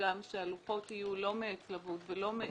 גם שהלוחות יהיו לא מעץ לבוד ולא מעץ,